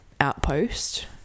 outpost